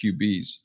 QBs